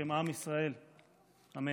בשם עם ישראל, אמן.